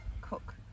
cook